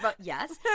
Yes